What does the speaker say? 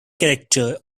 character